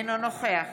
אינו נוכח